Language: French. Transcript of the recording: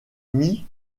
nie